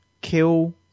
Kill